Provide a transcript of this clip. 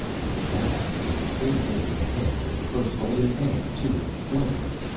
and that was the same day that the hens laid the first golden egg too, wasn't it?